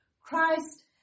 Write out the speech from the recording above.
Christ